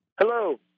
Hello